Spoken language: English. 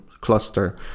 cluster